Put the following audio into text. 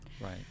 Right